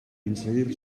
inserir